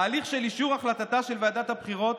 ההליך של אישור החלטתה של ועדת הבחירות